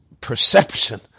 perception